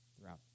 throughout